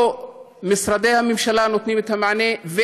לא משרדי הממשלה נותנים את המענה,